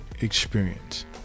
experience